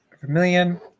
Vermillion